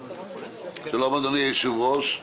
שלום, אדוני היושב ראש.